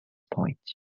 point